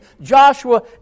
Joshua